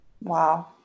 Wow